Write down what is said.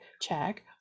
check